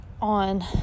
on